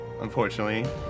Unfortunately